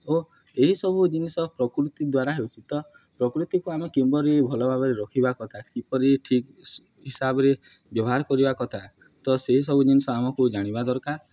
ଓ ଏହିସବୁ ଜିନିଷ ପ୍ରକୃତି ଦ୍ୱାରା ହେଉଛିି ତ ପ୍ରକୃତିକୁ ଆମେ କିପରି ଭଲ ଭାବରେ ରଖିବା କଥା କିପରି ଠିକ୍ ହିସାବରେ ବ୍ୟବହାର କରିବା କଥା ତ ସେହିସବୁ ଜିନିଷ ଆମକୁ ଜାଣିବା ଦରକାର